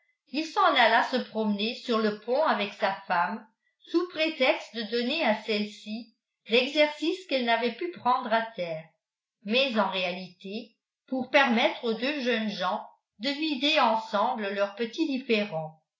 il s'en alla se promener sur le pont avec sa femme sous prétexte de donner à celle-ci l'exercice qu'elle n'avait pu prendre à terre mais en réalité pour permettre aux deux jeunes gens de vider ensemble leur petit différend